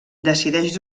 decideix